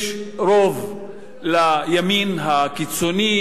יש רוב לימין הקיצוני